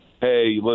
hey